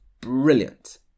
brilliant